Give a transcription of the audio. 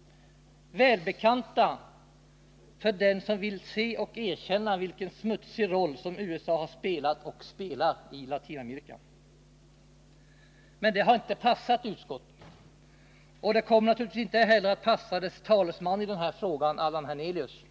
— välbekanta för den som vill se och erkänna vilken smutsig roll USA har spelat och spelar i Latinamerika. Men detta har inte passat utskottet och kommer naturligtvis inte heller att passa dess talesman i den här frågan, Allan Hernelius.